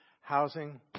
housing